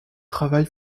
travail